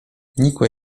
nikłe